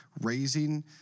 raising